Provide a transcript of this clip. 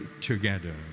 together